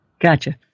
Gotcha